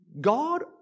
God